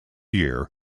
year